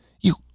You